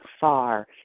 far